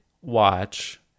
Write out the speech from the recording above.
watch